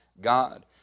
God